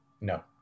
No